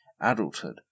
adulthood